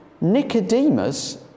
Nicodemus